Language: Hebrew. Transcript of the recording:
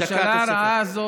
הממשלה הרעה הזו